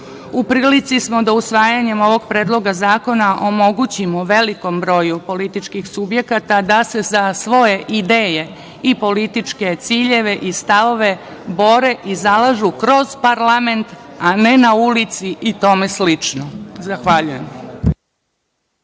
prilici smo da usvajanjem ovog predloga zakona omogućimo velikom broju političkih subjekata da se za svoje ideje i političke ciljeve i stavove bore i zalažu kroz parlament, a ne na ulici i tome sl. Zahvaljujem.